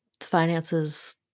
finances